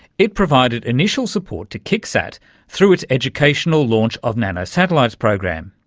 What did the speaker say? it provided initial support to kicksat through its educational launch of nanosatellites program.